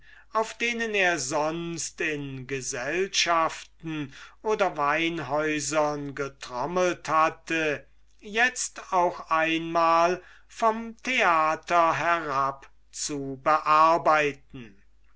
auf denen er sonst in gesellschaften oder weinhäusern getrommelt hatte itzt auch einmal vom theater herab zu bearbeiten